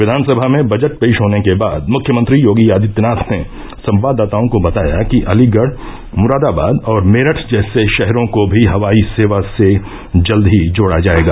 विधानसभा में बजट पेश होने के बाद मुख्यमंत्री योगी आदित्यनाथ ने संवाददाताओं को बताया कि अलीगढ़ मुरादाबाद और मेरठ जैसे शहरों को भी हवाई सेवा से जल्द ही जोड़ा जाएगा